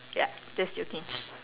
ya that's your thing